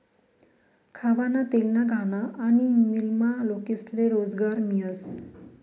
खावाना तेलना घाना आनी मीलमा लोकेस्ले रोजगार मियस